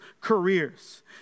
careers